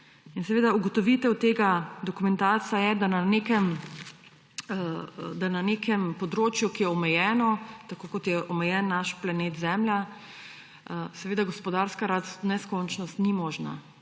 In seveda ugotovitev tega dokumentarca je, da na nekem področju, ki je omejeno, tako kot je omejen naš planet Zemlja, seveda gospodarska rast v neskončnost ni možna.